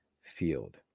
field